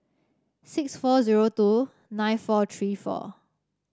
six four zero two nine four three four